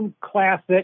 Classic